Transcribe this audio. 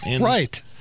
Right